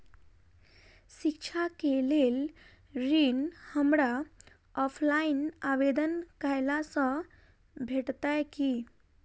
शिक्षा केँ लेल ऋण, हमरा ऑफलाइन आवेदन कैला सँ भेटतय की?